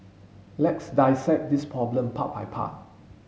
let's dissect this problem part by part